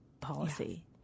policy